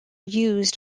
used